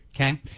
okay